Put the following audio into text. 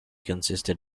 consisted